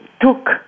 took